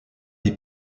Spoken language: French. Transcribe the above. des